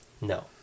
No